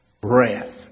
breath